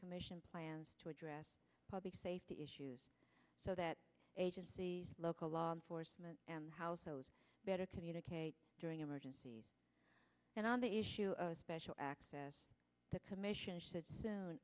commission plans to address public safety issues so that agencies local law enforcement and house those better communicate during emergencies and on the issue of special access the commission should soon